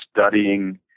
studying